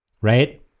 Right